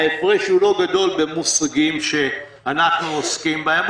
ההפרש הוא לא גדול במושגים שאנחנו עוסקים בהם,